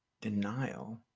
denial